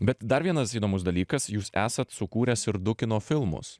bet dar vienas įdomus dalykas jūs esat sukūręs ir du kino filmus